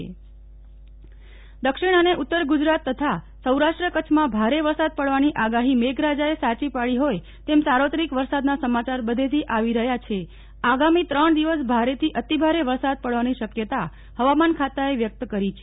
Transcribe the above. નેહલ ઠક્કર વરસાદની આગાહી દક્ષિણ અને ઉત્તર ગુજરાત તથા સૌરાષ્ટ્ર કચ્છમાં ભારે વરસાદ પડવાની આગાહી મેઘરાજાએ સાચી પાડી હોય તેમ સાર્વત્રિક વરસાદના સમાચાર બધેથી આવી રહ્યાં છેઆગામી ત્રજ્ઞ દિવસ ભારેથી અતિ ભારે વરસાદ પડવાની શક્યતા હવામાન ખાતાએ વ્યક્ત કરી છે